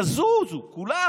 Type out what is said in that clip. יזוזו כולם,